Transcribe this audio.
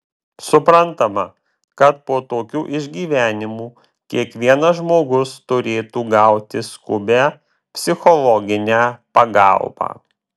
suprantama kad po tokių išgyvenimų kiekvienas žmogus turėtų gauti skubią psichologinę pagalbą